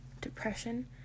depression